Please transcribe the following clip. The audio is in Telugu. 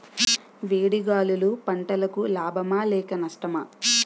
వేడి గాలులు పంటలకు లాభమా లేక నష్టమా?